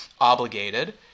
obligated